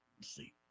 See